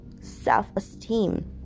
self-esteem